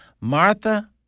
Martha